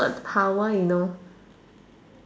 power you know